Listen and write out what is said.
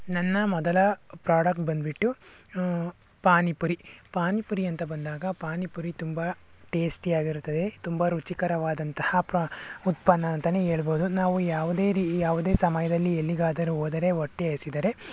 ನನ್ನ ಮೊದಲ ಪ್ರಾಡಕ್ಟ್ ಬಂದ್ಬಿಟ್ಟು ಪಾನಿಪುರಿ ಪಾನಿಪುರಿ ಅಂತ ಬಂದಾಗ ಪಾನಿಪುರಿ ತುಂಬ ಟೇಸ್ಟಿಯಾಗಿರುತ್ತದೆ ತುಂಬ ರುಚಿಕರವಾದಂತಹ ಪ್ರ ಉತ್ಪನ್ನ ಅಂತಾನೆ ಹೇಳ್ಬೋದು ನಾವು ಯಾವುದೇ ರೀ ಯಾವುದೇ ಸಮಯದಲ್ಲಿ ಎಲ್ಲಿಗಾದರೂ ಹೋದರೆ ಹೊಟ್ಟೆ ಹಸಿದರೆ